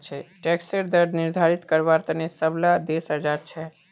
टैक्सेर दर निर्धारित कारवार तने सब ला देश आज़ाद छे